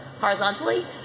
horizontally